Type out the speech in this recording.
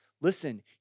listen